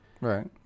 right